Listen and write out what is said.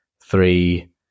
three